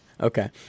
Okay